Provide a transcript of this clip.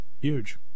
huge